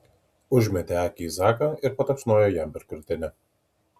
užmetė akį į zaką ir patapšnojo jam per krūtinę